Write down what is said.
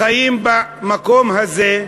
החיים במקום הזה,